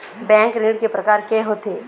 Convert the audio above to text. Bank ऋण के प्रकार के होथे?